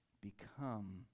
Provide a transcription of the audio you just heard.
become